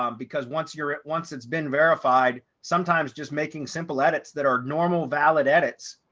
um because once you're at once it's been verified, sometimes just making simple edits that are normal valid edits,